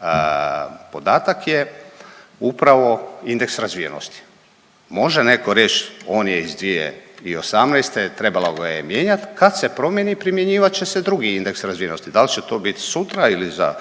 primjeren podatak je upravo indeks razvijenosti. Može neko reć on je iz 2018. trebalo ga je mijenjat, kad se promijeni primjenjivat će se drugi indeks razvijenosti. Dal će to bit sutra ili za